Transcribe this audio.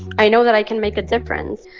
i know that i can make a difference.